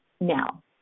now